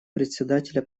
председателя